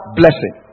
blessing